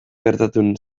gertatu